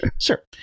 sure